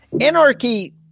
Anarchy